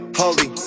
holy